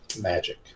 magic